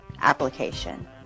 application